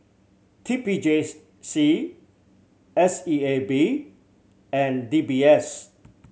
T P J C S E A B and D B S